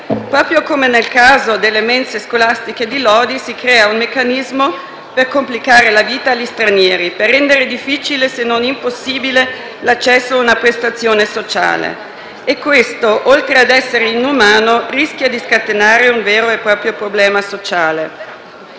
Proprio come nel caso delle mense scolastiche di Lodi, si crea un meccanismo per complicare la vita agli stranieri e rendere difficile, se non impossibile, l'accesso a una prestazione sociale. E questo, oltre a essere inumano, rischia di scatenare un vero e proprio problema sociale.